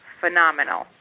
phenomenal